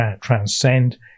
transcend